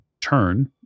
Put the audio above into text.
turn